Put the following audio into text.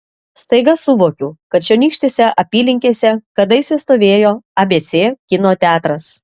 staiga suvokiu kad čionykštėse apylinkėse kadaise stovėjo abc kino teatras